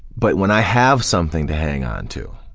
but when i have something to hang on to,